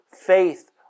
faith